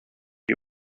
you